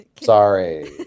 sorry